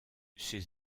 ses